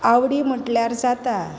आवडी म्हटल्यार जाता